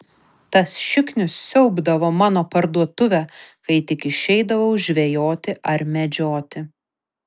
tas šiknius siaubdavo mano parduotuvę kai tik išeidavau žvejoti ar medžioti